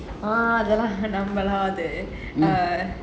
அதெல்லாம்:athellaam